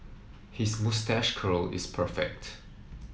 his moustache curl is perfect